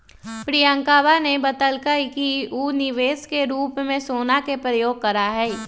प्रियंकवा ने बतल कई कि ऊ निवेश के रूप में सोना के प्रयोग करा हई